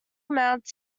amount